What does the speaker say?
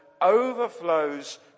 overflows